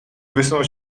wysunął